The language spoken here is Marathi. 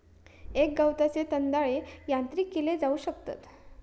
एका गवताचे दंताळे यांत्रिक केले जाऊ शकतत